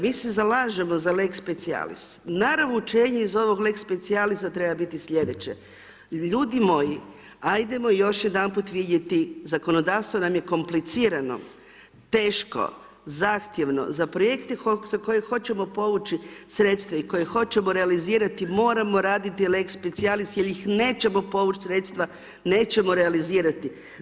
Mi se zalažemo za lex specijalis, … iz ovog lex specijalisa treba biti sljedeće, ljudi moji, ajdemo još jedanput vidjeti, zakonodavstvo nam je komplicirano, teško, zahtjevno, za projekte koje hoćemo povući sredstva i koje hoćemo realizirati, moramo radti lex specijalis jer ih nećemo povući sredstva, nećemo realizirati.